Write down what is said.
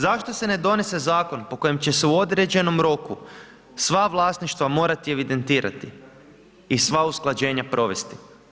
Zašto se ne donese zakon u kojem će se u određenom roku, sva vlasništva morati evidentirati i sva usklađenja provesti?